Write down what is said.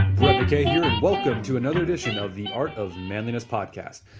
you know welcome to another edition of the art of manliness podcast.